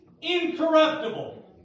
incorruptible